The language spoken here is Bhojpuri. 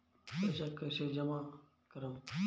पैसा कईसे जामा करम?